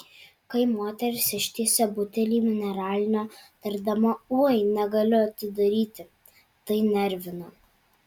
kai moteris ištiesia butelį mineralinio tardama oi negaliu atidaryti tai nervina